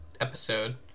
episode